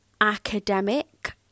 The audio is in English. academic